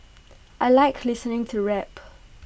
I Like listening to rap